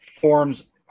forms